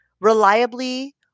reliably